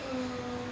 uh